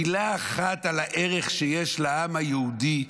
מילה אחת על הערך שיש לעם היהודי,